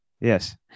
Yes